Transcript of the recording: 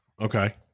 Okay